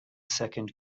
second